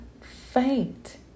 faint